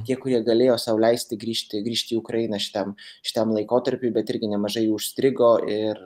tie kurie galėjo sau leisti grįžti grįžti į ukrainą šitam šitam laikotarpiui bet irgi nemažai jų užstrigo ir